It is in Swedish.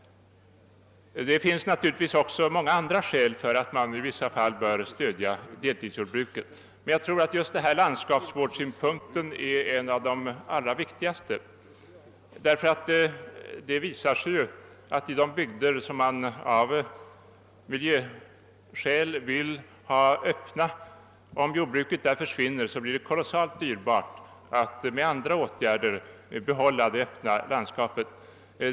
Det finns naturligtvis även många andra skäl för att man i vissa fall bör stödja deltidsjordbruket. Jag tror emellertid att just landskapsvårdssynpunkten är ett av de allra viktigaste, ty det visar sig att om jordbruket försvinner i de bygder, som man av miljöskäl vill ha öppna, blir det kolossalt dyrbart att med andra åtgärder behålla det öppna landskapet.